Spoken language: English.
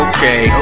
Okay